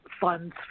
funds